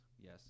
Yes